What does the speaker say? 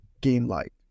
game-like